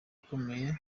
ukomeye